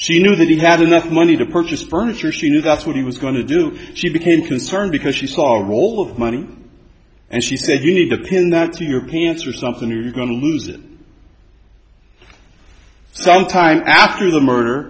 she knew that he had enough money to purchase furniture she knew that's what he was going to do she became concerned because she saw a roll of money and she said you need to pin that to your pants or something you're going to lose it some time after the murder